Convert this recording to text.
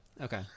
okay